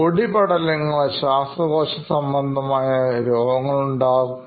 പൊടിപടലങ്ങൾ ശ്വാസകോശസംബന്ധമായ രോഗങ്ങളും ഉണ്ടാക്കുന്നു